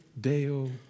Deo